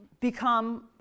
become